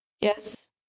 yes